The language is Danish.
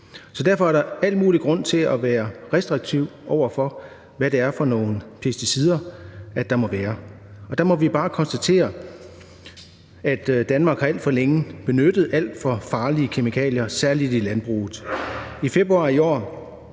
Derfor er der al mulig grund til at være restriktiv over for, hvad er for nogle pesticider, der må være. Der må vi bare konstatere, at Danmark alt for længe har benyttet alt for farlige kemikalier, særlig i landbruget. I februar i år